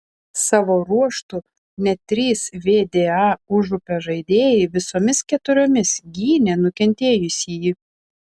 savo ruožtu net trys vda užupio žaidėjai visomis keturiomis gynė nukentėjusįjį